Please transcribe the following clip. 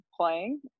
playing